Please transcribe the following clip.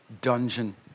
dungeon